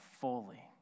fully